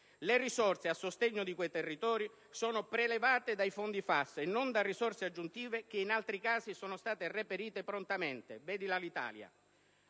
Le risorse a sostegno di quei territori sono prelevate dai fondi FAS e non da risorse aggiuntive che, in altri casi, sono state reperite prontamente (vedi Alitalia).